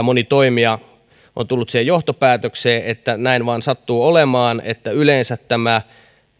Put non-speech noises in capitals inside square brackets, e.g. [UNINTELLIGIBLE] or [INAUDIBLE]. [UNINTELLIGIBLE] moni toimija on tullut siihen johtopäätökseen että näin vain sattuu olemaan että yleensä